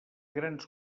grans